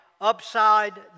upside